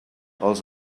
els